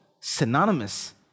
synonymous